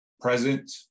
present